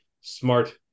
smart